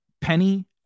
Penny